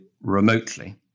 remotely